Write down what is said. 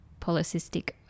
polycystic